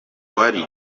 wari